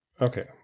Okay